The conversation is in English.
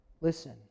Listen